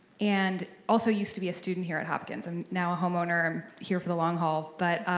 and also used to be a student here at hopkins. i'm now a homeowner here for the long haul, but